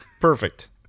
perfect